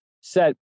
set